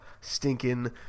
stinking